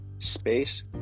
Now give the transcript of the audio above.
space